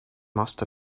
must